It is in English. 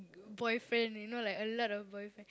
boyfriend you know like a lot of boyfriend